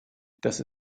das